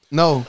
no